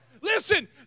Listen